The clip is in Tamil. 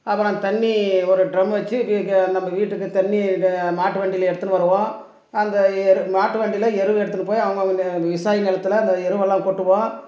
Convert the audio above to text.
அப்புறம் அந்த தண்ணி ஒரு ட்ரம் வெச்சு எங்கள் நம்ம வீட்டுக்குத் தண்ணி இது மாட்டு வண்டியில் எடுத்துன்னு வருவோம் அந்த எரு மாட்டு வண்டியில் எரு எடுத்துன்னு போய் அவுங்கவங்க விவசாய நிலத்துல அந்த எருவெல்லாம் கொட்டுவோம்